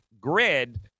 GRID